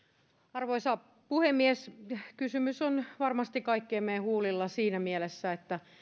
arvoisa puhemies kysymys on varmasti kaikkien meidän huulilla siinä mielessä että